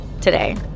today